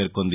పేర్కొంది